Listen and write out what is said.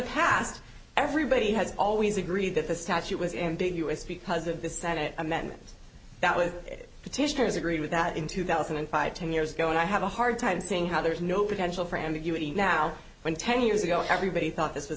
past everybody has always agreed that the statute was in big us because of this senate amendment that was petitioners agree with that in two thousand and five ten years ago and i have a hard time seeing how there is no potential for ambiguity now when ten years ago everybody thought this was